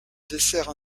dessert